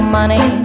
money